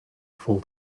full